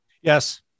yes